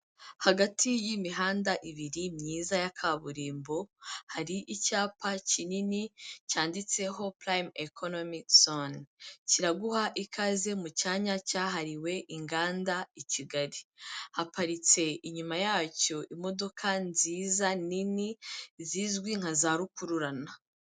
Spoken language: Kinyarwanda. Hagati y'imihanda ibiri myiza ya kaburimbo, hari icyapa kinini cyanditseho purayime ekonomike zone. Kiraguha ikaze mu cyanya cyahariwe inganda i Kigali. Haparitse inyuma yacyo imodoka nziza nini, zizwi nka za rukururana.